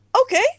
Okay